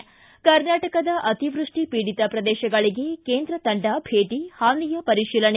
ಿ ಕರ್ನಾಟಕದ ಅತಿವೃಷ್ಠಿ ಪೀಡಿತ ಪ್ರದೇಶಗಳಿಗೆ ಕೇಂದ್ರ ತಂಡ ಭೇಟಿ ಹಾನಿಯ ಪರಿಶೀಲನೆ